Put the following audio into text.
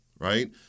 Right